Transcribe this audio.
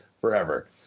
forever